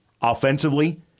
offensively